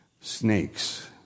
snakes